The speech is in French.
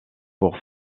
pour